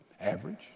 average